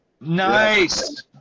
Nice